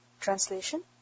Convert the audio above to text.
Translation